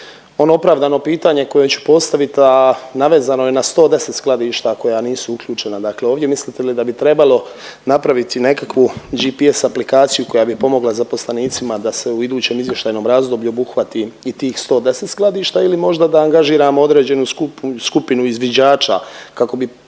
Ono opravdano pitanje koje ću postavit, a navezano je na 110 skladišta koja nisu uključena dakle ovdje, mislite li da bi trebalo napraviti nekakvu GPS aplikaciju koja bi pomogla zaposlenicima da se u idućem izvještajnom razdoblju obuhvati i tih 110 skladišta ili možda da angažiramo određenu skupinu izviđača kako bi